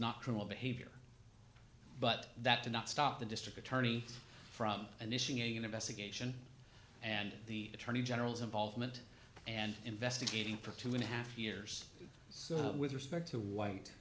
criminal behavior but that did not stop the district attorney from initiating an investigation and the attorney general's involvement and investigating for two and a half years with respect to white